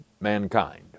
mankind